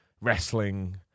wrestling